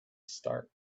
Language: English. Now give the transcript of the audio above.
start